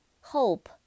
hope